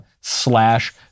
slash